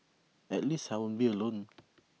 at least I won't be alone